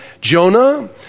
Jonah